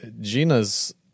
Gina's